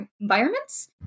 environments